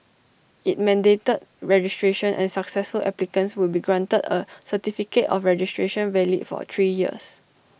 IT mandated registration and successful applicants would be granted A certificate of registration valid for three years